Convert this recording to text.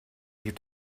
you